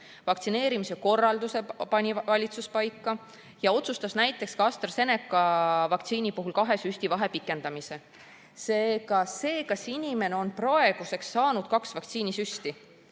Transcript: Vaktsineerimise korralduse pani valitsus paika ja otsustas näiteks AstraZeneca vaktsiini puhul kahe süsti vahet pikendada. Seega see, kas inimene on praeguseks saanud kaks vaktsiinisüsti,